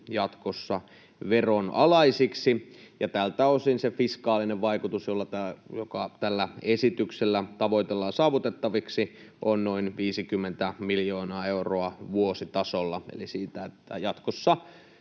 jatkossa veronalaisiksi. Tältä osin se fiskaalinen vaikutus, joka tällä esityksellä tavoitellaan saavutettavaksi, on noin 50 miljoonaa euroa vuositasolla siitä, että jatkossa nikotiinipussit